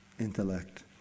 intellect